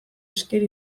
esker